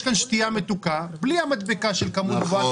יש פה שתייה מתוקה בלי המדבקה של כמות גבוהה,